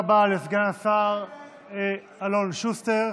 תודה רבה לסגן השר אלון שוסטר.